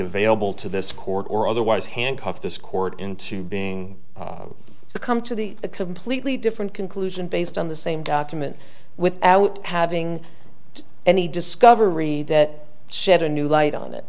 available to this court or otherwise handcuff this court into being to come to the a completely different conclusion based on the same document without having any discovery that set a new light on it